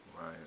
Right